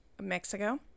Mexico